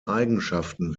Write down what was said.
eigenschaften